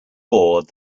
bored